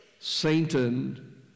Satan